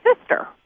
sister